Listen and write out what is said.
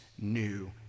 new